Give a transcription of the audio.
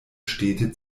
städte